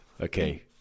okay